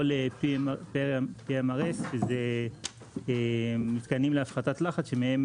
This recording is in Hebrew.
או PRMS שזה מתקנים להפחתת לחץ שמהם